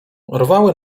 rwały